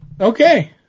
Okay